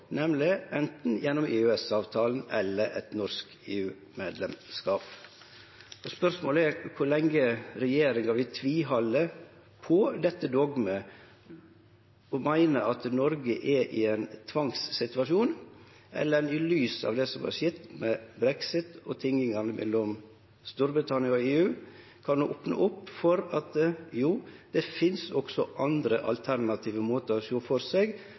nemleg gjennom enten EØS-avtalen eller eit norsk EU-medlemskap. Spørsmålet er kor lenge regjeringa vil tvihalde på dette dogmet og meine at Noreg er i ein tvangssituasjon. Eller kan ein i lys av det som har skjedd med brexit og tingingane mellom Storbritannia og EU, opne opp for at jo, det finst også andre alternative måtar å sjå for seg